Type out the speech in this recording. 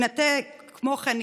כמו כן,